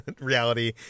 reality